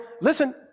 listen